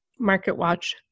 MarketWatch